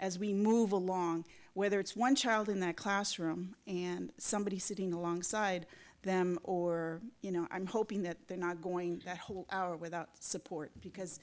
as we move along whether it's one child in that classroom and somebody sitting alongside them or you know i'm hoping that they're not going that whole hour without support because